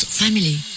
family